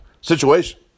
situation